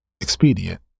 expedient